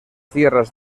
tierras